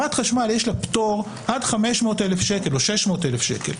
לחברת חשמל יש פטור עד 500,000 שקל או 600,000 שקל,